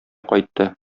кайтты